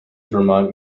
vermont